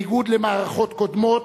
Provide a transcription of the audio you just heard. בניגוד למערכות קודמות,